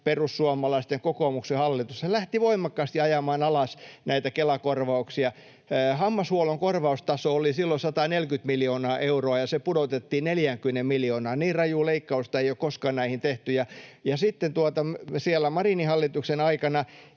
perussuomalaisten ja kokoomuksen hallitus — lähti voimakkaasti ajamaan alas Kela-korvauksia. Hammashuollon korvaustaso oli silloin 140 miljoonaa euroa, ja se pudotettiin 40 miljoonaan. Niin rajua leikkausta ei ole koskaan näihin tehty. Sitten Marinin hallituksen aikana